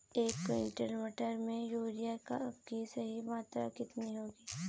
एक क्विंटल मटर में यूरिया की सही मात्रा कितनी होनी चाहिए?